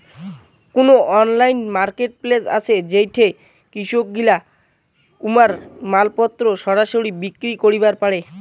কুনো online marketplace আছে যেইঠে কৃষকগিলা উমার মালপত্তর সরাসরি বিক্রি করিবার পারে?